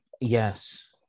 Yes